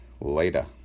Later